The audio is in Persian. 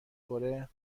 کره